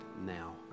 now